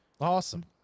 Awesome